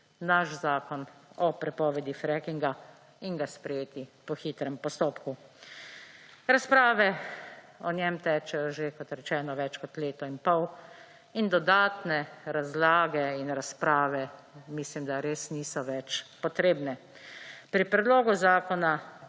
naš zakon o prepovedi frackinga in ga sprejeti po hitrem postopku. Razprave o njem tečejo že, kot rečeno, več kot leto in pol in dodatne razlage in razprave mislim, da res niso več potrebne. Pri predlogu zakona,